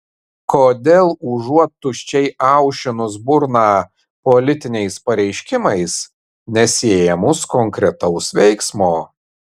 kodėl užuot tuščiai aušinus burną politiniais pareiškimais nesiėmus konkretaus veiksmo